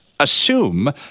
assume